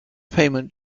payment